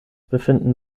befinden